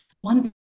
One